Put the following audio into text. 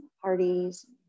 parties